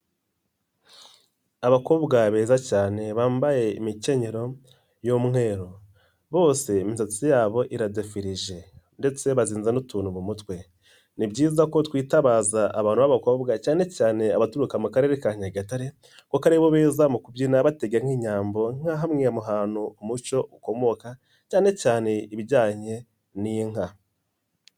Abakobwa beza cyane bambaye imikenyero y'umweru, bose imisatsi yabo iradefirije ndetse bazinze n'utuntu mu mutwe. Ni byiza ko twitabaza abana b'abakobwa cyane cyane abaturuka mu karere ka nyagatare kuko aribo beza mu kubyina batega nk'inyambo, nka hamwe mu hantu umuco ukomoka cyane cyane ibijyanye n'inka.